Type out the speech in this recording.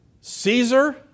Caesar